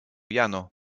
jano